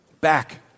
back